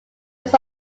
was